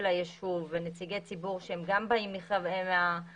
היישוב ונציגי ציבור שהם גם באים מהוועד המקומי.